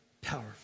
powerful